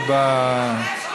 בשעון.